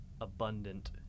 abundant